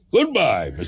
Goodbye